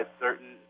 certain